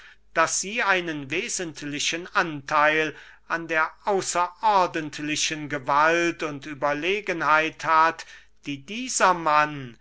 daß sie einen wesentlichen antheil an der außerordentlichen gewalt und überlegenheit hat die dieser mann